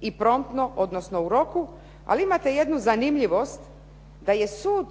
i promptno, odnosno u roku. Ali imate jednu zanimljivost da je sud